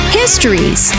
histories